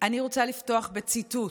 אני רוצה לפתוח בציטוט,